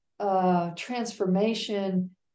Transformation